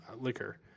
liquor